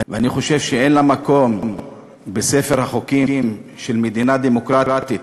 ואני חושב שאין לה מקום בספר החוקים של מדינה דמוקרטית,